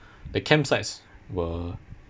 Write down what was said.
the campsites were